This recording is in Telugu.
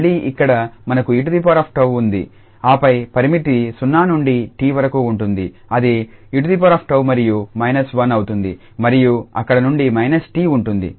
మళ్లీ ఇక్కడ మనకు 𝑒𝜏 ఉంది ఆపై పరిమితి 0 నుండి 𝑡 వరకు ఉంటుంది అది 𝑒𝑡 మరియు −1 అవుతుంది మరియు అక్కడ నుండి −𝑡 ఉంటుంది